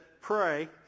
pray